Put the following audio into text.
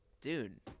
dude